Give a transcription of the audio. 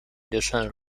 additional